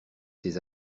ces